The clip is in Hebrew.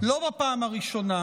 לא בפעם הראשונה,